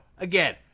again